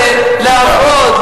לעבוד,